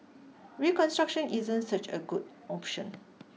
reconstruction isn't such a good option